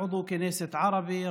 זו הפעם הראשונה שבה עומד חבר כנסת ערבי,